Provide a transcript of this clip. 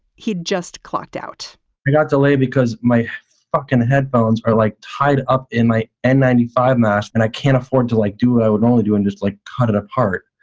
he just clocked out he got delayed because my fucking headphones are like tied up in my n ninety five mask. and i can't afford to, like, do what i would normally do and just, like, cut it apart.